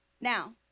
Now